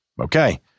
Okay